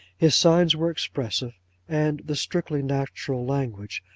his signs were expressive and the strictly natural language,